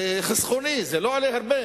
זה חסכוני, זה לא עולה הרבה,